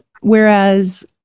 whereas